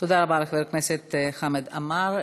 תודה לחבר הכנסת חמד עמאר.